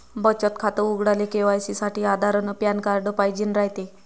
बचत खातं उघडाले के.वाय.सी साठी आधार अन पॅन कार्ड पाइजेन रायते